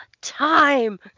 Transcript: time